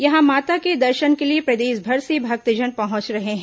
यहां माता के दर्शन के लिए प्रदेशभर से भक्तजन पहुंच रहे हैं